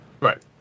Right